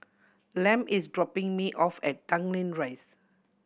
Lem is dropping me off at Tanglin Rise